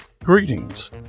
Greetings